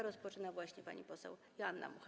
Rozpoczyna właśnie pani poseł Joanna Mucha.